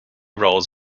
roles